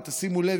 תשימו לב,